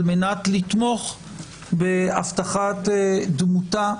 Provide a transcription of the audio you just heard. על מנת לתמוך בהבטחת דמותה,